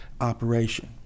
operation